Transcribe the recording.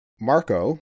Marco